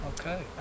okay